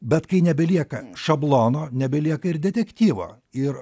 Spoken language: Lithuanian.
bet kai nebelieka šablono nebelieka ir detektyvo ir